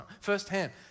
firsthand